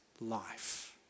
life